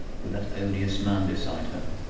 with that odious man beside her.